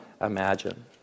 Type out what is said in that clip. imagine